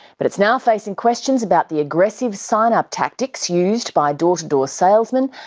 but it's now facing questions about the aggressive sign-up tactics used by door-to-door salesman,